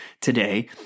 today